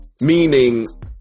meaning